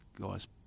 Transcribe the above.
guys